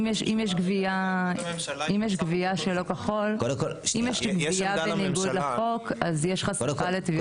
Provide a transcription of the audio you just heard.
אם יש גבייה בניגוד לחוק אז יש חשיפה לתביעות ייצוגיות.